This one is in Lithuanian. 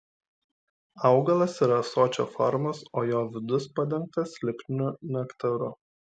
augalas yra ąsočio formos o jo vidus padengtas lipniu nektaru